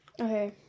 Okay